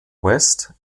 west